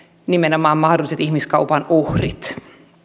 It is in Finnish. nimenomaan mahdolliset ihmiskaupan uhrit